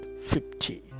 fifty